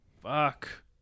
Fuck